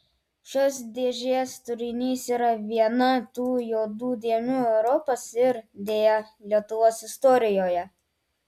šios dėžės turinys yra viena tų juodų dėmių europos ir deja lietuvos istorijoje